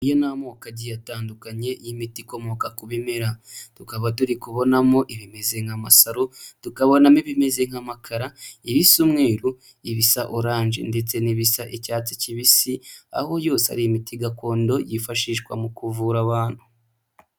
Aya ni amoko agiye atandukanye y'imiti ikomoka ku bimera, tukaba turi kubonamo ibimeze nk'amasaro, tukabonamo ibimeze nk'amakara, ibisa umweru, ibisa oranje ndetse n'ibisa icyatsi kibisi, aho yose ari imiti gakondo yifashishwa mu kuvura abantu.